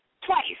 twice